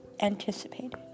anticipated